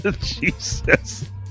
Jesus